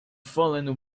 fallen